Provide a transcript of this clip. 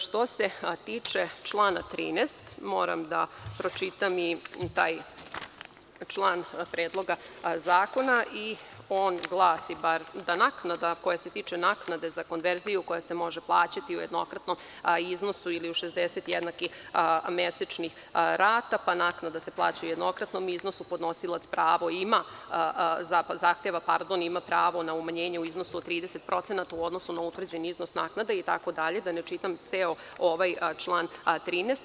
Što se tiče člana 13, moram da pročitam i taj član Predloga zakona i on glasi da naknada koja se tiče naknade za konverziju, koja se može plaćati u jednokratnom iznosu ili u 60 jednakih mesečnih rata, pa naknada se plaća u jednokratnom iznosu, podnosilac zahteva ima pravo na umanjenje u iznosu do 30% u odnosu na utvrđen iznos naknade itd, da ne čitam ceo ovaj član 13.